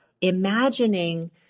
imagining